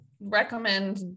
Recommend